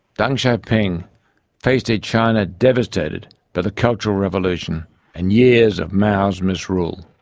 deng xiaoping faced a china devastated by the cultural revolution and years of mao's misrule.